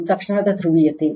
ಇದುತಕ್ಷಣದ ಧ್ರುವೀಯತೆ